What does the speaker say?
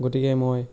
গতিকে মই